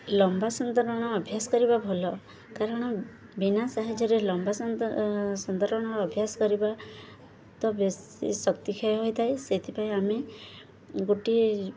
ଲମ୍ବା ସନ୍ତରଣ ଅଭ୍ୟାସ କରିବା ଭଲ କାରଣ ବିନା ସାହାଯ୍ୟରେ ଲମ୍ବା ସନ ସନ୍ତରଣ ଅଭ୍ୟାସ କରିବା ତ ବେଶୀ ଶକ୍ତି କ୍ଷୟ ହୋଇଥାଏ ସେଥିପାଇଁ ଆମେ ଗୋଟିଏ